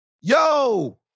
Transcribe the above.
Yo